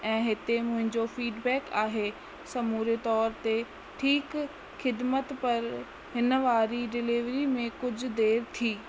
ऐं हिते मुंहिंजो फीडबैक आहे समूरे तौर ते ठीकु ख़िदमत पर हिन वारी डिलेवरी में कुझु देरि थी